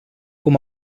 com